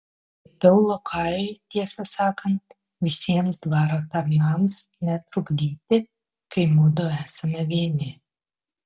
liepiau liokajui tiesą sakant visiems dvaro tarnams netrukdyti kai mudu esame vieni